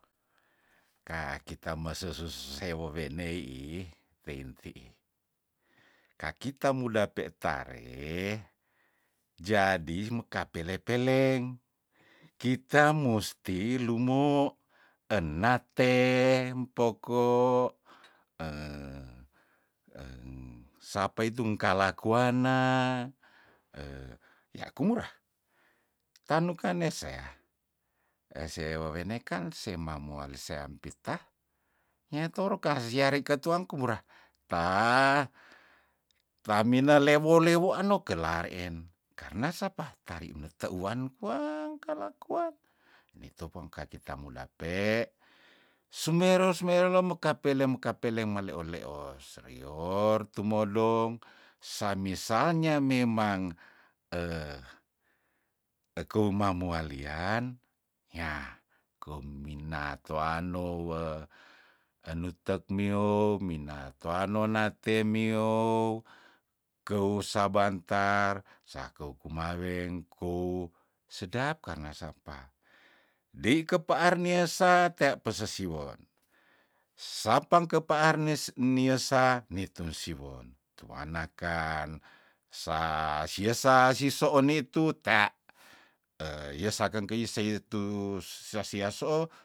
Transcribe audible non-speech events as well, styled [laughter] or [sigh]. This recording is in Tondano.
Ka kita mese sus hewo weneiih tein tiih kakita muda pe tareh jadi meka pele- peleng kita musti lumo enatempoko [hesitation] sapa itu engkala kuanna [hesitation] yakumura tanukan neseah ese wewene kan semamuali seampita nea toro karjiari katuang kumura ta tamine lewo- lewo ano kelareen karna sapa tari neteuan kwang kalakuang nitu pengka kita modape sumeror sumerol mekapele mekapele meleo- leos rior tumodong samisalnya memang [hesitation] ekou mamualian yah kong mina toanou weh enutekmiou mina toano nate miou keus sabantar sakou kumaweng kou sedap karna sapa dei kepaar nia sa tea pesesiwon sapang kepaar nes niese nitung siwon tuanna kan sa sia sa siso onitu tea [hesitation] yesakang keis seyu tu sasiasoo